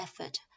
effort